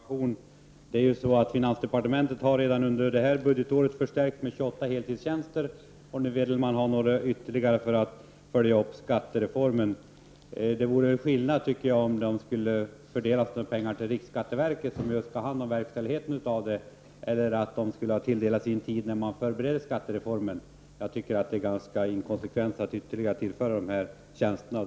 Herr talman! Jag vill bara mycket kort referera till det som står skrivet i vår reservation. Finansdepartementet har redan under detta budgetår förstärkts med 28 heltidstjänster. Nu vill man ha några ytterligare för att följa upp skattereformen. Det vore skillnad om dessa pengar skulle fördelas till riksskatteverket som just har hand om verkställigheten av skattereformen, eller om pengarna skulle ha tilldelats då man förberedde skattereformen. Jag tycker att det är inkonsekvent att tillföra dessa ytterligare tjänster.